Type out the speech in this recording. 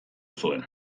zuen